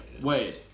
Wait